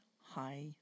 hi